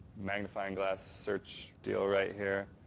magnifying glass search deal right here,